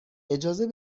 اجازه